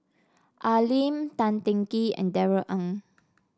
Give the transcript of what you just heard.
Al Lim Tan Teng Kee and Darrell Ang